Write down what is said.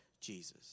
Jesus